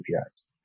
APIs